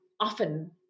often